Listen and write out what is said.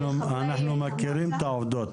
אנחנו מכירים את העובדות,